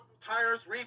Tires